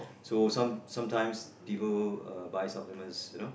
so some sometimes people uh buy supplements you know